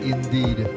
Indeed